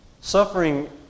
Suffering